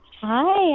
hi